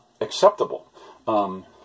acceptable